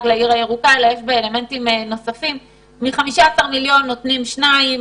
שקלים נותנים שני מיליון.